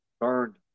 burned